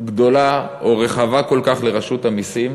גדולה או רחבה כל כך לרשות המסים.